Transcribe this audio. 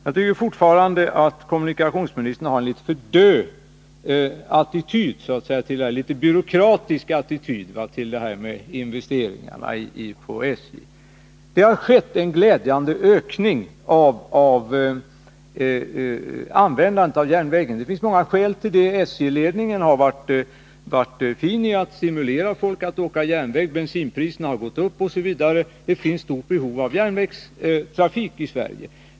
Jag tycker fortfarande att kommunikationsministern har en något byråkratisk attityd till investeringarna i SJ. Det här skett en glädjande ökning av användandet av järnvägen, och skälen är många. SJ-ledningen har varit bra på att stimulera folk att åka tåg, bensinpriserna har stigit m.m. Det finns ett stort behov av järnvägstrafik i Sverige.